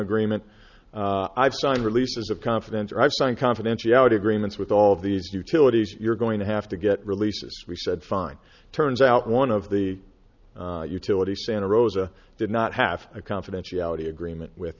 agreement i've signed releases of confidence or i've signed confidentiality agreements with all these utilities you're going to have to get releases we said fine turns out one of the utility santa rosa did not have a confidentiality agreement with